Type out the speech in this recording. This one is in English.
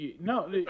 no